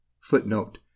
Footnote